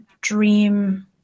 dream